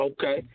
Okay